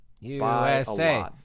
usa